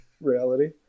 reality